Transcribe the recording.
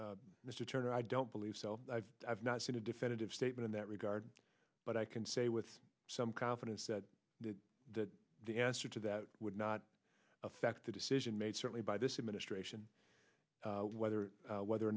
mr turner i don't believe so i've not seen a definitive statement in that regard but i can say with some confidence that the answer to that would not affect a decision made certainly by this administration whether whether or